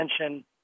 attention